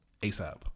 asap